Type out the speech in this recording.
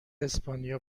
اسپانیا